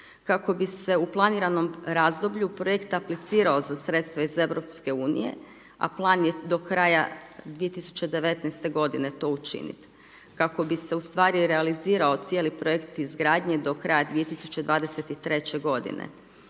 kako bi se u planiranom razdoblju projekt aplicirao za sredstva iz Europske unije, a plan je do kraja 2019. to učiniti. Kako bi se u stvari realizirao cijeli projekt izgradnje do kraja 2023. godine.